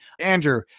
Andrew